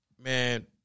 man